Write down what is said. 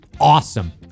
Awesome